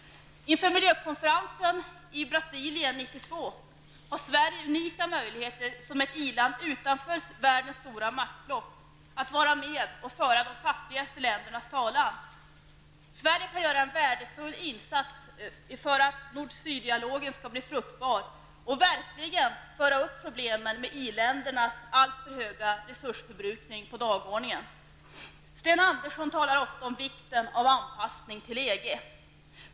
Inför miljökonferensen i Brasilien 1992 har Sverige unika möjligheter, som ett i-land utanför världens stora maktblock, att vara med och föra de fattigaste ländernas talan. Sverige kan göra en värdefull insats för att nord--syd-dialogen skall bli fruktbar och verkligen föra upp problemen med i-ländernas alltför höga resursförbrukning på dagordningen. Sten Andersson talar ofta om vikten av anpassning till EG.